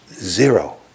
Zero